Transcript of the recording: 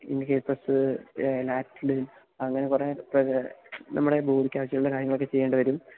ഇൻഹേറ്റസ്സ് ലാക്സ്ലിൻ അങ്ങനെ കുറെ നമ്മുടെ ബോഡിക്കാവശ്യമുള്ള കാര്യങ്ങളൊക്കെ ചെയ്യേണ്ടി വരും